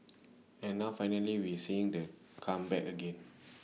and now finally we're seeing the come back again